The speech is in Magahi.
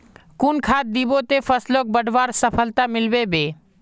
कुन खाद दिबो ते फसलोक बढ़वार सफलता मिलबे बे?